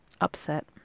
upset